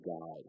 God